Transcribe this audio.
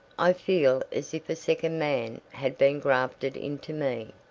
i feel as if a second man had been grafted into me.